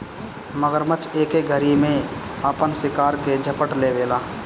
मगरमच्छ एके घरी में आपन शिकार के झपट लेवेला